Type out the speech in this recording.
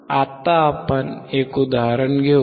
आता आपण एक उदाहरण घेऊ